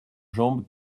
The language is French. jambes